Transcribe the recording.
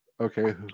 Okay